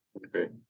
great